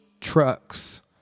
Trucks